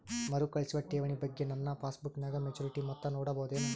ಮರುಕಳಿಸುವ ಠೇವಣಿ ಬಗ್ಗೆ ನನ್ನ ಪಾಸ್ಬುಕ್ ನಾಗ ಮೆಚ್ಯೂರಿಟಿ ಮೊತ್ತ ನೋಡಬಹುದೆನು?